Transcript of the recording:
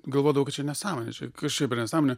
galvodavau kad čia nesąmonė čia kas čia nesąmonė